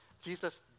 Jesus